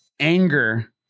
anger